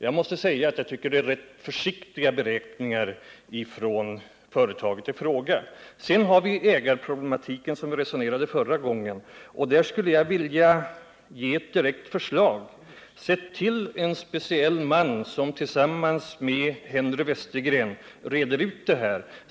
Jag måste säga att det är rätt försiktiga beräkningar som företaget i fråga har gjort. Beträffande ägarproblematiken, som vi resonerade om förra gången, vill jag framställa ett direkt förslag: Tillsätt en speciell man, som tillsammans med Henry Westergren utreder detta!